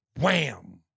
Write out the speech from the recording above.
Wham